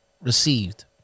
Received